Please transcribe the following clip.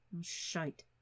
Shite